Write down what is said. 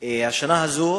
השנה הזאת,